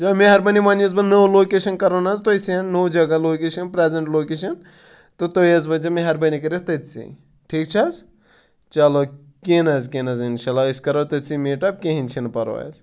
چلو مہربٲنی وَنۍ یۄس بہٕ نٔو لوکیشَن کَرو نہ حظ تۄہِہ سٮ۪نٛڈ نوو جگہ لوکیشَن پرٛزَنٛٹ لوکیشَن تہٕ تُہۍ حظ وٲتۍ زٮ۪و مہربٲنی کٔرِتھ تٔتھۍ سٕے ٹھیٖک چھِ حظ چلو کِہنۍ حظ کِہنۍ حظ اِنشاء اللہ أسۍ کَرو تٔتھۍ سٕے میٖٹ اَپ کِہینۍ چھِنہٕ پَرواے حظ